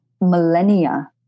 millennia